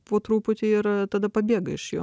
po truputį ir tada pabėga iš jų